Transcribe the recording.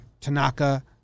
Tanaka